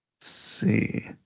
see